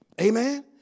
Amen